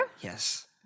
Yes